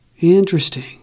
Interesting